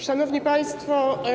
Szanowni Państwo!